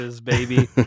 baby